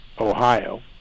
Ohio